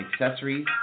accessories